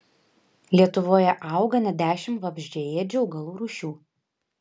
lietuvoje auga net dešimt vabzdžiaėdžių augalų rūšių